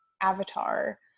Avatar